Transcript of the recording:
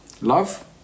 Love